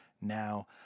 now